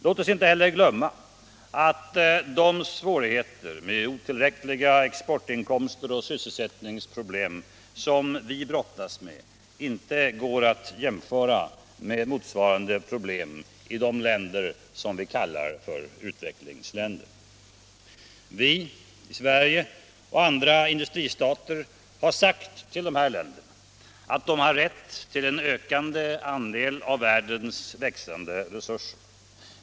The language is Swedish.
Låt oss inte heller glömma att de svårigheter med otillräckliga exportinkomster och sysselsättningsproblem som vi brottas med inte går att jämföra med motsvarande problem i de länder som vi kallar för utvecklingsländer. Vi och andra industristater har sagt till dessa länder att de har rätt till en ökande andel av världens växande resurser.